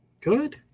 Good